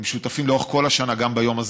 הם שותפים לאורך כל השנה גם ביום הזה,